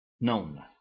known